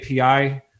API